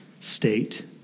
state